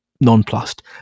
nonplussed